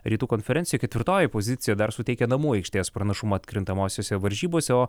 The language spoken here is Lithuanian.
rytų konferencijoj ketvirtoji pozicija dar suteikia namų aikštės pranašumą atkrintamosiose varžybose o